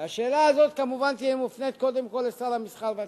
והשאלה הזאת כמובן תהיה מופנית קודם כול לשר המסחר והתעשייה,